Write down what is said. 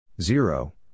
zero